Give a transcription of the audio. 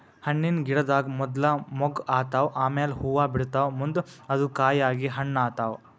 ಹಣ್ಣಿನ್ ಗಿಡದಾಗ್ ಮೊದ್ಲ ಮೊಗ್ಗ್ ಆತವ್ ಆಮ್ಯಾಲ್ ಹೂವಾ ಬಿಡ್ತಾವ್ ಮುಂದ್ ಅದು ಕಾಯಿ ಆಗಿ ಹಣ್ಣ್ ಆತವ್